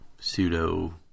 pseudo